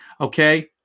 Okay